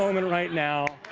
um and right now